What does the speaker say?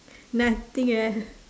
nothing right